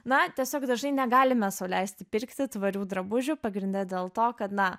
na tiesiog dažnai negalime sau leisti pirkti tvarių drabužių pagrinde dėl to kad na